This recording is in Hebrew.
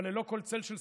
אבל ללא כל צל של ספק,